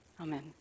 Amen